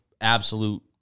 absolute